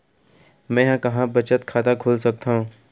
मेंहा कहां बचत खाता खोल सकथव?